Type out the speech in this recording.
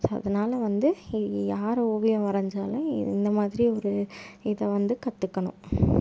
so அதனால வந்து யார் ஓவியம் வரைஞ்சாலும் இந்தமாதிரி ஒரு இதை வந்து கற்றுக்கணும்